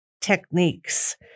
techniques